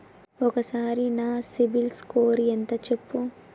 ఒక్కసారి నా సిబిల్ స్కోర్ ఎంత చెప్పు?